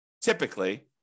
typically